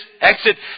exit